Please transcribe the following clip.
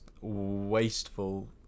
wasteful